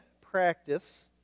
practice